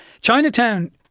Chinatown